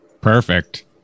Perfect